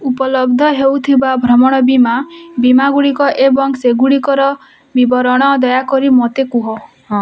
ଉପଲବ୍ଧ ହେଉଥିବା ଭ୍ରମଣ ବୀମା ବୀମାଗୁଡ଼ିକ ଏବଂ ସେଗୁଡ଼ିକର ବିବରଣି ଦୟାକରି ମୋତେ କୁହ